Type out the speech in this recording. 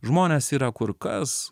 žmonės yra kur kas